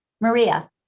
Maria